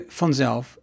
vanzelf